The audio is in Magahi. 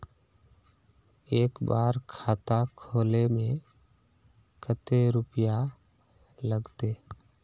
एक बार खाता खोले में कते रुपया लगते?